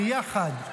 ביחד,